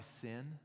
sin